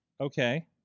Okay